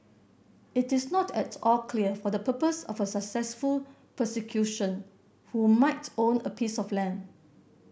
it is not at all clear for the purpose of a successful prosecution who might own a piece of land